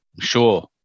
sure